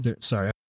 Sorry